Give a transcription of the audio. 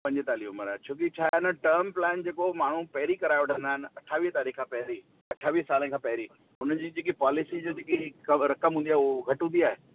पंजतालीह उमिरि आहे छो की छा आहे न टर्म प्लान जेको माण्हू पहिरीं कराइ वठंदा आहिनि अठावीह तारीख़ खां पहिरीं अठावीह साल खां पहिरीं उन्हनि जी जेकी पॉलिसी जेका कव रक़म हूंदी आहे हूअ घटि हूंदी आहे